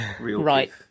Right